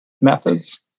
methods